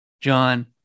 John